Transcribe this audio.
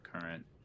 current